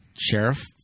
sheriff